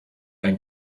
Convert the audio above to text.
ein